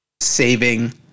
saving